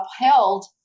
upheld